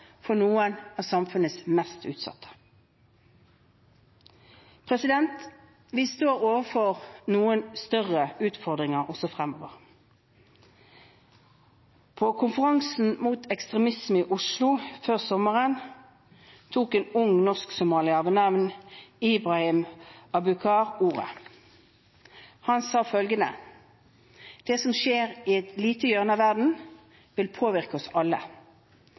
for noen av samfunnets mest utsatte. Vi står overfor noen større utfordringer også fremover. På konferansen mot ekstremisme i Oslo før sommeren tok en ung norsk-somalier ved navn Ibrahim Abukar ordet. Han sa følgende: Det som skjer i et lite hjørne av verden, vil påvirke oss alle.